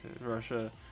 Russia